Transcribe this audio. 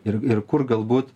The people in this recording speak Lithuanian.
ir ir kur galbūt